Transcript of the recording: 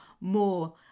more